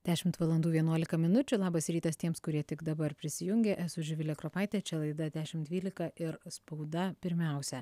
dešimt valandų vienuolika minučių labas rytas tiems kurie tik dabar prisijungė esu živilė kropaitė čia laida dešim dvylika ir spauda pirmiausia